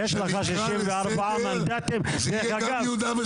יש לנו 64 מנדטים, וגם את זה נשנה.